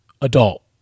Adult